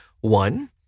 One –